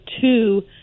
two